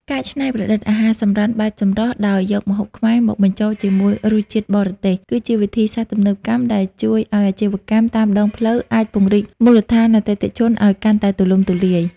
ការច្នៃប្រឌិត អាហារសម្រន់បែបចម្រុះ ដោយយកម្ហូបខ្មែរមកបញ្ចូលជាមួយរសជាតិបរទេស គឺជាវិធីសាស្ត្រទំនើបកម្មដែលជួយឱ្យអាជីវកម្មតាមដងផ្លូវអាចពង្រីកមូលដ្ឋានអតិថិជនឱ្យកាន់តែទូលំទូលាយ។